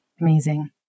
Amazing